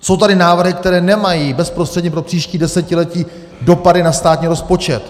Jsou tady návrhy, které nemají bezprostředně pro příští desetiletí dopady na státní rozpočet.